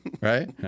right